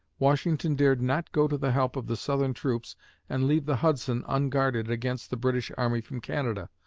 washington dared not go to the help of the southern troops and leave the hudson unguarded against the british army from canada,